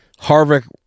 Harvick